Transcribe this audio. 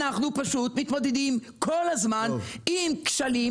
שאנחנו פשוט מתמודדים כל הזמן עם כשלים